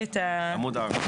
מבנה לניהול מי נגר.